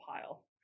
pile